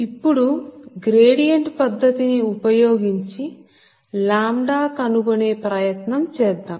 ఇప్పుడు గ్రేడియంట్ పద్ధతి ని ఉపయోగించి λ కనుగొనే ప్రయత్నం చేద్దాము